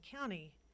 county